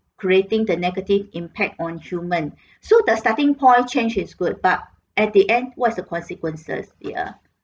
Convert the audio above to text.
creating the negative impact on human so the starting point change is good but at the end what is the consequences ya